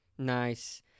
Nice